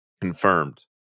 confirmed